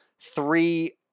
three